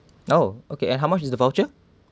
oh okay and how much is the voucher